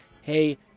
hey